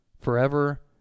forever